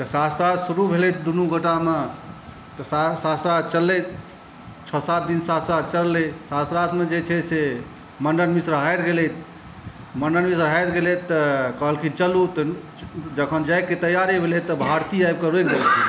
शास्त्रार्थ शुरू भेलै दुनू गोटामे तहन शास्त्रार्थ चललै छओ सात दिन शास्त्रार्थ चललै शास्त्रार्थमे जे छै से मण्डन मिश्र हारि गेलै मण्डन मिश्र हारि गेलै तऽ कहलखिन चलू तऽ जखन जाइके तैआरी भेलै तऽ भारती आबिकऽ रोकि देलखिन